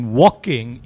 walking